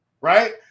right